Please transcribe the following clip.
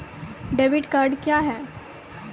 Debit card क्या हैं?